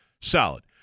solid